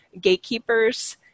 gatekeepers